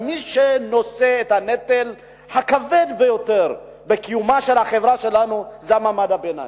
מי שנושא בנטל הכבד ביותר בקיומה של החברה שלנו זה מעמד הביניים.